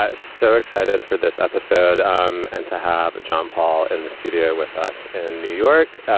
ah so excited for this episode um and to have john paul in the studio with us in new york.